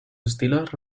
estilos